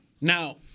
Now